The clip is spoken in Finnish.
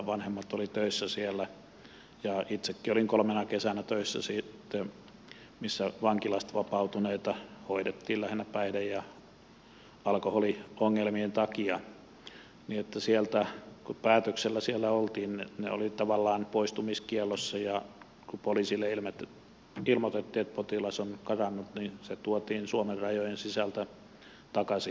vanhemmat olivat töissä siellä ja itsekin olin kolmena kesänä töissä siellä missä vankilasta vapautuneita hoidettiin lähinnä päihde ja alkoholiongelmien takia niin että kun päätöksellä siellä oltiin he olivat tavallaan poistumiskiellossa ja kun poliisille ilmoitettiin että potilas on karannut niin hänet tuotiin suomen rajojen sisältä takaisin